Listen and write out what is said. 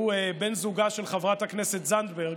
שהוא בן זוגה של חברת הכנסת זנדברג.